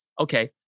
okay